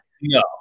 no